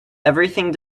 everything